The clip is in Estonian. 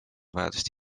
vajadust